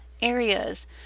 areas